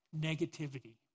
negativity